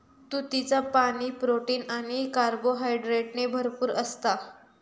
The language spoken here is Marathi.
तुतीचा पाणी, प्रोटीन आणि कार्बोहायड्रेटने भरपूर असता